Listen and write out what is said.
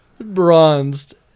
Bronzed